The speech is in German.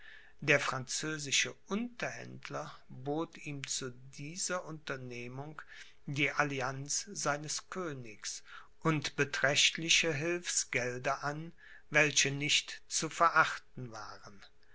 der französische unterhändler bot ihm zu dieser unternehmung die allianz seines königs und beträchtliche hilfsgelder an welche nicht zu verachten waren